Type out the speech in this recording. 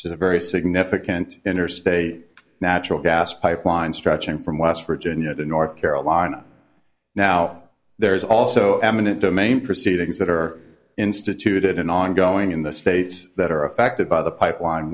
a very significant interstate natural gas pipeline stretching from west virginia to north carolina now there is also eminent domain proceedings that are instituted in ongoing in the states that are affected by the pipeline